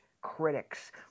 critics